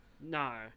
No